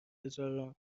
هزارم